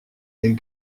les